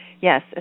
Yes